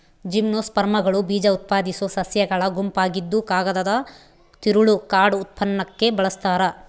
ಜಿಮ್ನೋಸ್ಪರ್ಮ್ಗಳು ಬೀಜಉತ್ಪಾದಿಸೋ ಸಸ್ಯಗಳ ಗುಂಪಾಗಿದ್ದುಕಾಗದದ ತಿರುಳು ಕಾರ್ಡ್ ಉತ್ಪನ್ನಕ್ಕೆ ಬಳಸ್ತಾರ